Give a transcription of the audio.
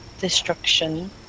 destruction